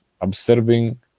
observing